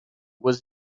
was